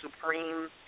supreme